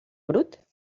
brut